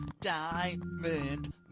Diamond